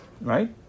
Right